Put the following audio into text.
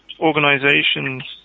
Organizations